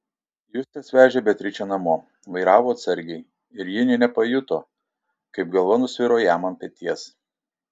justas vežė beatričę namo vairavo atsargiai ir ji nė nepajuto kaip galva nusviro jam ant peties